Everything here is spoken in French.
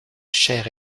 chair